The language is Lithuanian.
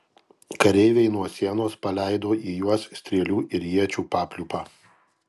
kareiviai nuo sienos paleido į juos strėlių ir iečių papliūpą